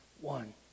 one